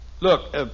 Look